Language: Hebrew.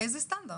איזה שסטנדרט?